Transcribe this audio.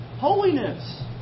holiness